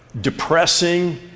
depressing